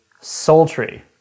sultry